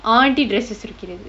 auntie dresses இருக்கிறது:irukkirathu